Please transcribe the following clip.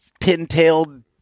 pin-tailed